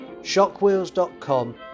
shockwheels.com